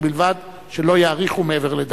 ובלבד שלא יאריכו מעבר לדקה.